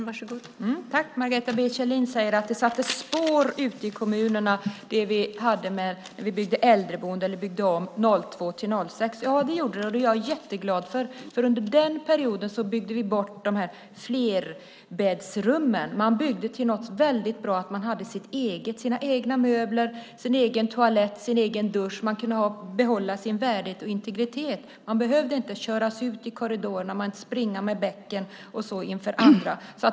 Fru talman! Margareta B Kjellin säger att det satte spår ute i kommunerna när vi byggde äldreboenden eller byggde om 2002-2006. Ja, det gjorde det. Det är jag jätteglad för, för under den perioden byggde vi bort de här flerbäddsrummen. Vi byggde om till något väldigt bra, så att man hade sitt eget, sina egna möbler, sin egen toalett, sin egen dusch. Man kunde behålla sin värdighet och integritet. Man behövde inte köras ut i korridorerna och springa med bäcken och sådant inför andra.